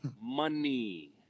money